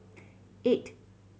eight